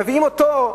מביאים אותו,